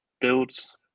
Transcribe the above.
builds